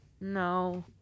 No